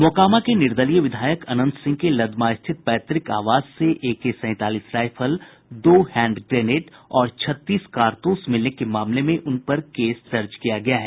मोकामा के निर्दलीय विधायक अनंत सिंह के लदमा स्थित पैतृक आवास से एके सैंतालीस राईफल दो हैंड ग्रेनेड और छत्तीस कारतूस मिलने के मामले में उनपर केस दर्ज किया गया है